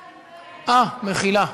אני כאן, אה, מחילה.